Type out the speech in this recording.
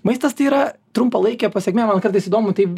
maistas tai yra trumpalaikė pasekmė man kartais įdomu taip